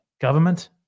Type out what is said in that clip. government